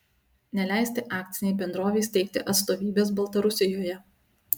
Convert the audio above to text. neleisti akcinei bendrovei steigti atstovybės baltarusijoje